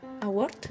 award